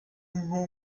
nko